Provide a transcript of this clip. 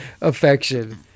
affection